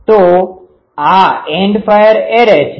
તો આ end fire array છે